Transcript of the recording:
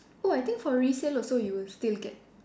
oh I think for resale also you will still get